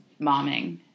momming